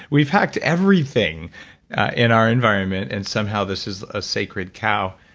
we've hacked everything in our environment and somehow, this is a sacred cow.